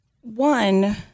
one